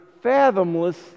Fathomless